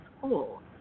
cool